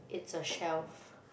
it's a shelf